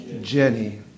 Jenny